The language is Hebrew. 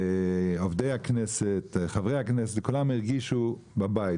עובדי הכנסת, חברי הכנסת, כולם הרגישו אצלך בבית,